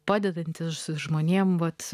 padedantis žmonėms vat